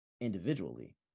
individually